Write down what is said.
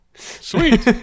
Sweet